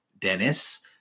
Dennis